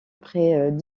près